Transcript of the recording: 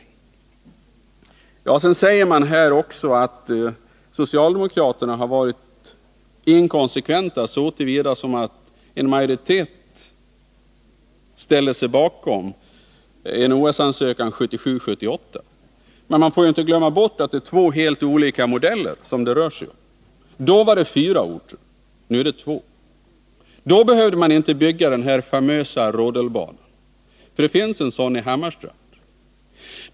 terspel i Sverige år 1988 terspel i Sverige år 1988 Sedan säger man också att socialdemokraterna har varit inkonsekventa så till vida att en majoritet ställde sig bakom en OS-ansökan 1977/78. Men vi får inte glömma bort att det rör sig om två helt olika modeller. Då gällde det fyra orter, nu gäller det två. Då behövde man inte bygga den famösa rodelbanan, för det finns redan en sådan i Hammarstrand.